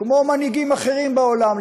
כמו מנהיגים אחרים בעולם,